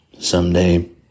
Someday